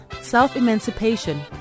self-emancipation